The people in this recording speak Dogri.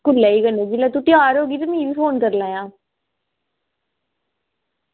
जेल्लै तूं त्यार होगी मिगी बी फोन करी लैयां